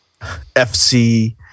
FC